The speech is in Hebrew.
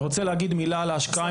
אני רוצה להגיד מילה על ההשקעה,